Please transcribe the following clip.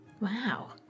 Wow